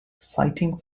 citing